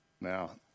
Now